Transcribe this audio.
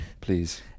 Please